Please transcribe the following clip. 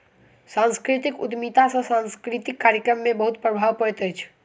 सांस्कृतिक उद्यमिता सॅ सांस्कृतिक कार्यक्रम में बहुत प्रभाव पड़ैत अछि